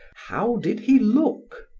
how did he look?